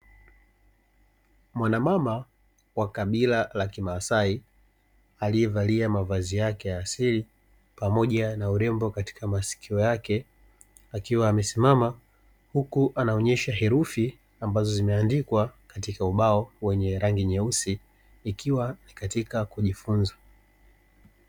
Mwanamama wa kabila la kimasai, aliye valia mavazi yake ya asili pamoja na urembo katika masikio yake akiwa amesimama, huku anaonyesha herufi ambazo zimeandikwa katika ubao wenye rangi nyeusi ikiwa ni katika kujifunza.